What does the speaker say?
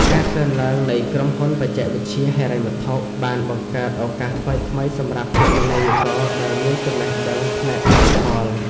ការកើនឡើងនៃក្រុមហ៊ុនបច្ចេកវិទ្យាហិរញ្ញវត្ថុ បានបង្កើតឱកាសថ្មីៗសម្រាប់គណនេយ្យករដែលមានចំណេះដឹងផ្នែកឌីជីថល។